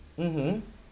mmhmm